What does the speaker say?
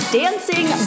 dancing